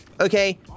okay